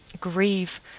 grieve